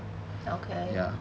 okay